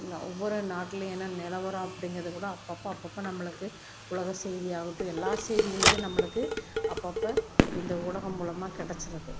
நான் ஒவ்வொரு நாட்லேயும் என்ன நிலவரம் அப்படிங்குறத கூட அப்போப்ப அப்போப்ப நம்மளுக்கு உலக செய்தியாகட்டும் எல்லா செய்திகளுமே நம்மளுக்கு அப்போப்ப இந்த ஊடகம் மூலமாக கிடச்சிருது